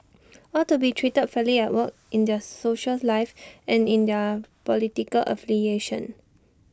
all to be treated fairly at work in their social life and in their political affiliation